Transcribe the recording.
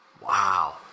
Wow